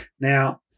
Now